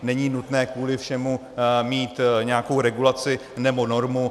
Není nutné kvůli všemu mít nějakou regulaci nebo normu.